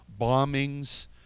bombings